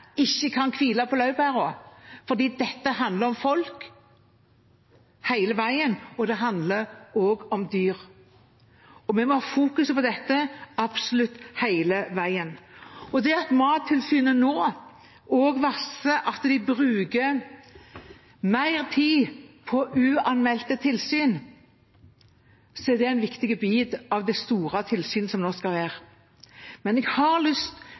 kan hvile på laurbærene. For dette handler om folk hele veien, og det handler også om dyr. Vi må fokusere på dette absolutt hele veien. Det at Mattilsynet nå varsler at de bruker mer tid på uanmeldte tilsyn, er en viktig bit av det store tilsynet som nå skal være. Men jeg har lyst